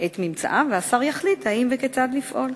את ממצאיו, והשר יחליט אם וכיצד לפעול.